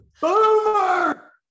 Boomer